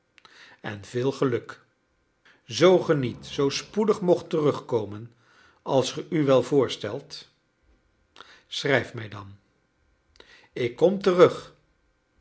en veel geluk zoo ge niet zoo spoedig mocht terugkomen als ge u wel voorstelt schrijf mij dan ik kom terug